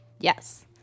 yes